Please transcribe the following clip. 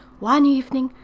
one evening,